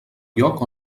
lloc